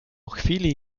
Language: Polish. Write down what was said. chwili